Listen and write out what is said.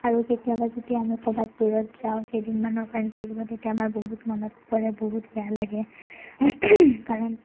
আৰু কেতিয়াবা যদি আমি ক'ৰবাত দূৰত যাওঁ কেইদিনমানৰ কাৰণে থাকিব তেতিয়া আমাৰ বহুত মনত পৰে বহুত বেয়া লাগে কাৰণ